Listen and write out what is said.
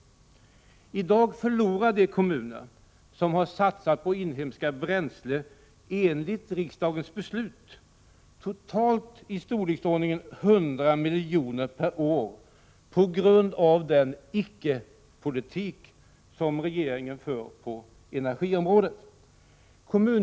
I dag förlorar de kommuner som i enlighet med riksdagens beslut har satsat på inhemska bränslen totalt ett belopp i storleksordningen 100 miljoner per år på grund av den icke-politik regeringen för på energiområdet.